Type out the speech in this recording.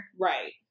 Right